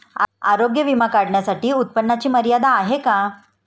आरोग्य विमा काढण्यासाठी उत्पन्नाची मर्यादा आहे का?